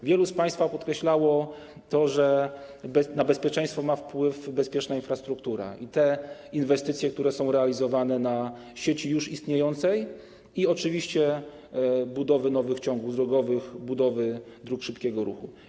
Wielu z państwa podkreślało to, że na bezpieczeństwo mają wpływ bezpieczna infrastruktura i te inwestycje, które są realizowane na sieci już istniejącej, i oczywiście budowy nowych ciągów drogowych, budowy dróg szybkiego ruchu.